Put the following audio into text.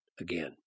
again